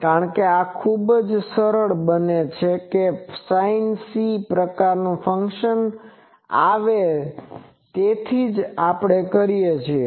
કારણ કે આ ખૂબ જ સરળ બને છે કે sinc પ્રકારનું ફંક્શન આવે છે તેથી જ આપણે તે કરીએ છીએ